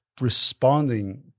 responding